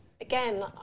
again